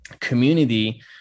community